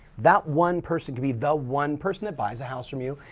that one person could be the one person that buys the house from you,